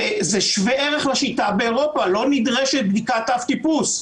זה שווה ערך לשיטה באירופה לא נדרשת בדיקת אב-טיפוס.